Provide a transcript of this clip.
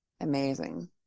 amazing